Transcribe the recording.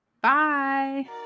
Bye